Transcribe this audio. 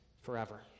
forever